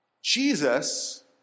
Jesus